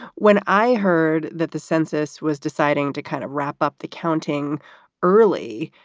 when i heard that the census was deciding to kind of wrap up the counting early,